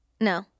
No